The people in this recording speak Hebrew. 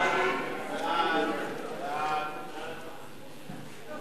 חוק ההוצאה לפועל (תיקון